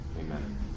amen